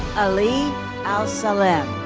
ali alsalem.